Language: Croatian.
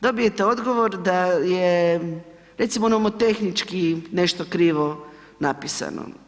Dobijete odgovor da je recimo nomotehnički nešto krivo napisano.